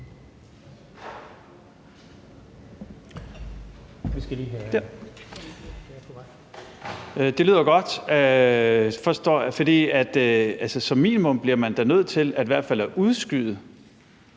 Det lyder godt. For som minimum bliver man da nødt til i hvert